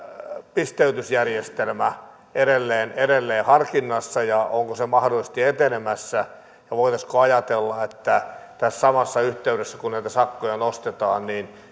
pisteytysjärjestelmä edelleen edelleen harkinnassa ja onko se mahdollisesti etenemässä ja voitaisiinko ajatella että tässä samassa yhteydessä kun näitä sakkoja nostetaan